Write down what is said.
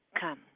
Come